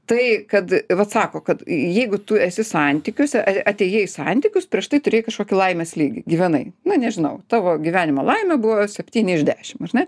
tai kad vat sako kad jeigu tu esi santykiuose atėjai į santykius prieš tai turėjai kažkokį laimės lygį gyvenai na nežinau tavo gyvenimo laimė buvo septyni iš dešim žinai